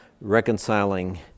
reconciling